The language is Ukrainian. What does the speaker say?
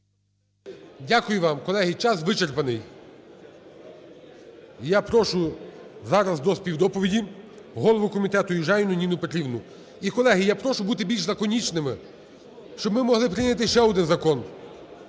Дякую вам. Колеги, час вичерпаний. І я прошу зараз до співдоповіді голову комітету Южаніну Ніну Петрівну. І, колеги, я прошу бути більш лаконічними, щоб ми могли прийняти ще один закон.